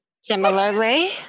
Similarly